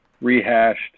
rehashed